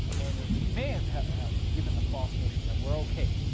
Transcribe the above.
and it it may have have given the false notion that we're okay,